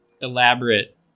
elaborate